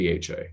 DHA